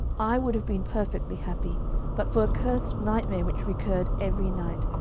i would have been perfectly happy but for a cursed nightmare which recurred every night,